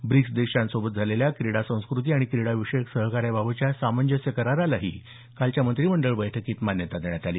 BRICS देशांसोबत झालेल्या क्रीडा संस्कृती आणि क्रीडा विषयक सहकार्याबाबतच्या सामंजस्य करारालाही कालच्या मंत्रीमंडळ बैठकीत मान्यता देण्यात आली